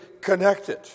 connected